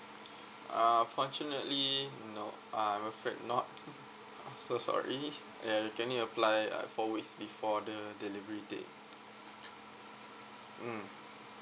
uh unfortunately no I'm afraid not I'm so sorry you can only apply uh four weeks before the delivery date mm